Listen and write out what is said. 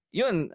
yun